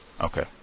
Okay